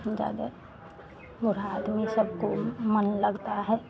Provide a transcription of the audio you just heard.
ज़्यादा बूढ़ा आदमी सबको मन लगता है